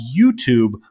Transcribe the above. YouTube